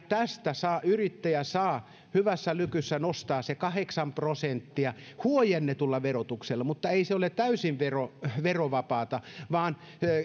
tästä yrittäjä saa hyvässä lykyssä nostaa kahdeksan prosenttia huojennetulla verotuksella mutta ei se ole täysin verovapaata vaan